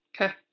Okay